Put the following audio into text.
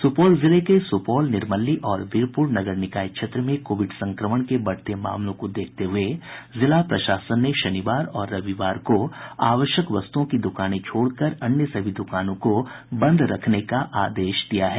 सुपौल जिले के सुपौल निर्मली और वीरपुर नगर निकाय क्षेत्र में कोविड संक्रमण के बढ़ते मामलों को देखते हुए जिला प्रशासन ने शनिवार और रविवार को आवश्यक वस्तुओं की दुकानें छोड़कर अन्य सभी दुकानों को बंद रखने का आदेश दिया है